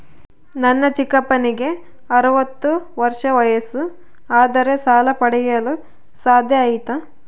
ನನ್ನ ಚಿಕ್ಕಪ್ಪನಿಗೆ ಅರವತ್ತು ವರ್ಷ ವಯಸ್ಸು ಆದರೆ ಸಾಲ ಪಡೆಯಲು ಸಾಧ್ಯ ಐತಾ?